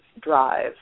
drive